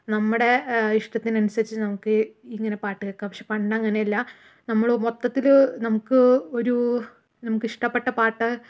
നമ്മുടെ ഇഷ്ടത്തിന് അനുസരിച്ച് നമുക്കീ ഇങ്ങനെ പാട്ട് കേൾക്കാം പക്ഷെ പണ്ടങ്ങനെയല്ല നമ്മള് മൊത്തത്തില് നമുക്ക് ഒരൂ നമുക്ക് ഇഷ്ടപ്പെട്ട പാട്ട്